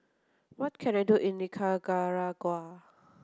what can I do in Nicaragua